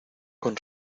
con